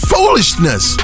Foolishness